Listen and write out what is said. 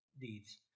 deeds